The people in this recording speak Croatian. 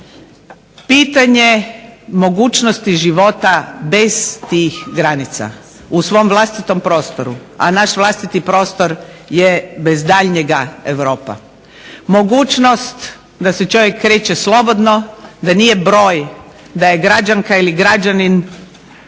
Pitanje mogućnosti života bez tih granica u svom vlastitom prostoru, a naš vlastiti prostor je bez daljnjega Europa, mogućnost da se čovjek kreće slobodno, da nije broj, da je građanka ili građanin